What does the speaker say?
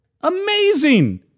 Amazing